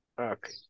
Okay